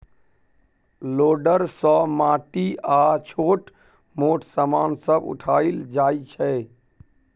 loader सँ माटि आ छोट मोट समान सब उठाएल जाइ छै